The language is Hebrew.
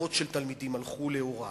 ודורות של תלמידים הלכו לאורה,